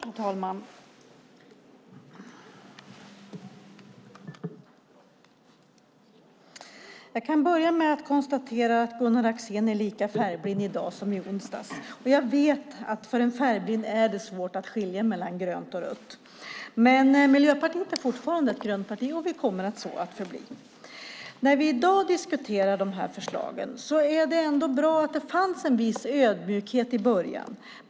Herr talman! Jag kan börja med att konstatera att Gunnar Axén är lika färgblind i dag som i onsdags. Jag vet att det för en färgblind är svårt att skilja mellan grönt och rött. Men Miljöpartiet är fortfarande ett grönt parti, och vi kommer så att förbli. När vi i dag diskuterar de här förslagen är det ändå bra att det fanns en viss ödmjukhet i början.